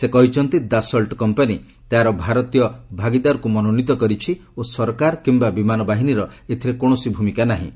ସେ କହିଛନ୍ତି ଦାସଲ୍ଚ କମ୍ପାନୀ ତାର ଭାରତୀୟ ଭଗିଦାରକୁ ମନୋନିତ କରିଛି ଓ ସରକାର କିମ୍ବା ବିମାନ ବାହିନୀର ଏଥିରେ କୌଣସି ଭୂମିକା ନାହିଁ